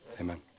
amen